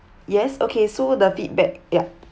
yes okay so the feedback ya